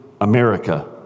America